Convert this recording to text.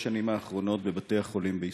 השנים האחרונות בבתי-החולים בישראל,